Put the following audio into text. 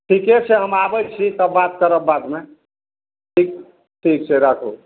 ठीके छै हम आबय छी तब बात करब बादमे ठीक ठीक छै राखू